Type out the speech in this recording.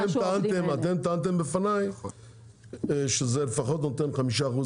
אתם טענתם בפניי שזה לפחות נותן הנחה של כחמישה אחוז